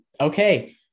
okay